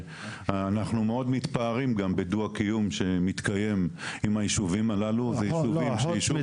אנחנו מאוד מתפארים גם בדו הקיום שמתקיים עם הישובים הללו --- נכון,